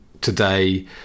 today